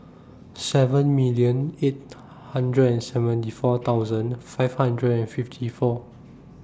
seven million eight hundred and seventy four thousand five hundred and fifty four